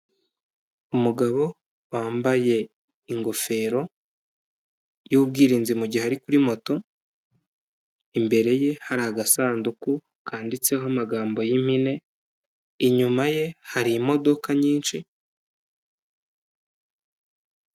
Umugabo wambaye ingofero, y'ubwirinzi mu gihe ari kuri moto, imbere ye hari agasanduku, kanditseho amagambo y'impine, inyuma ye hari imodoka nyinshi.